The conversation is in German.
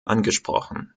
angesprochen